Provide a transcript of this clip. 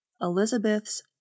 Elizabeth's